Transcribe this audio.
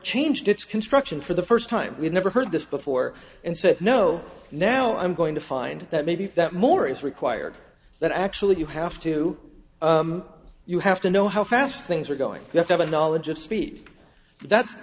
changed its construction for the first time we've never heard this before and said no now i'm going to find that maybe that more is required that actually you have to you have to know how fast things are going to have a knowledge of speak that's